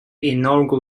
inaugural